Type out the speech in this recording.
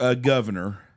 governor